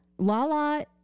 Lala